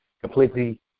completely